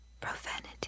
profanity